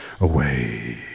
away